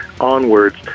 onwards